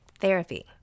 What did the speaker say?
therapy